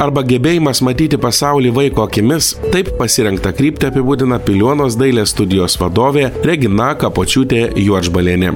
arba gebėjimas matyti pasaulį vaiko akimis taip pasirinktą kryptį apibūdina piliuonos dailės studijos vadovė regina kapočiūtė juodžbalienė